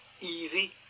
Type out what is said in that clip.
easy